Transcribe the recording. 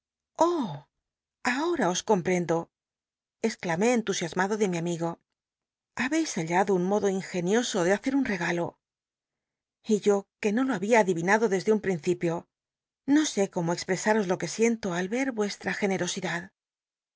i'a os com pl'cmlo exclamé entusiasmado de mi amigo habeis hallado un medio ingenioso de hacer un l'egalo y yo que no lo hahia adivinado desde un principio no sé cómo expresaros lo que siento al ver vuestra generosidad